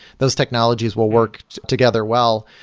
those technologies will work together well.